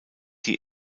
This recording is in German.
die